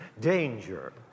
danger